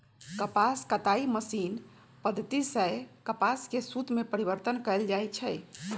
कपास कताई मशीनी पद्धति सेए कपास के सुत में परिवर्तन कएल जाइ छइ